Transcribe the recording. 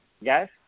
Yes